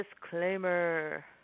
disclaimer